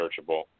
searchable